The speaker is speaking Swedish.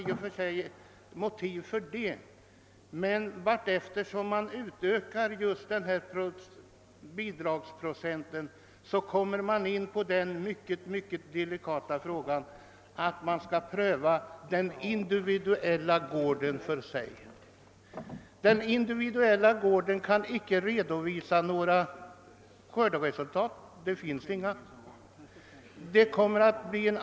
I och för sig kan det naturligtvis finnas motiv för en sådan höjning, men om bidragsprocenten ökas blir det också svårare att göra den mycket delikata prövningen av varje gård för sig. Den individuella gården kan inte redovisa några skörderesultat. Det finns inga sådana.